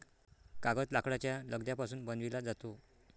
कागद लाकडाच्या लगद्यापासून बनविला जातो